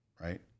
right